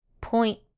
Point